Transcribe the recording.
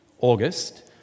August